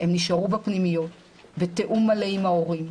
הם נשארו בפנימיות בתיאום מלא עם ההורים,